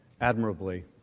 admirably